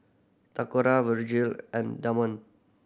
Toccara Vergil and Damon